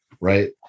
right